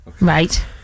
Right